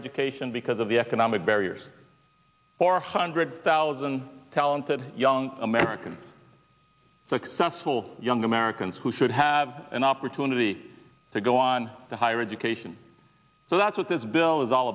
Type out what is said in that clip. education because of the economic barriers four hundred thousand talented young americans successful young americans who should have an opportunity to go on to higher education so that's what this bill is all